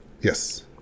Yes